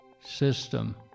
system